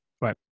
right